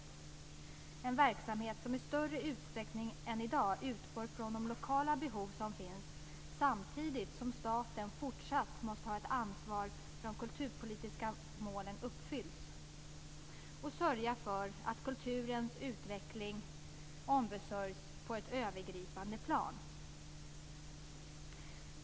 Det är en verksamhet som i större utsträckning än i dag ska utgå från de lokala behov som finns. Samtidigt måste staten fortsatt ta ett ansvar för att de kulturpolitiska målen uppfylls och sörja för kulturens utveckling på ett övergripande plan.